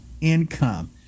income